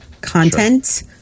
content